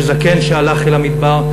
של זקן שהלך אל המדבר,